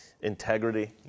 integrity